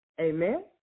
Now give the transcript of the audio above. Amen